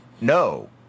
No